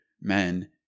men